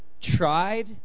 tried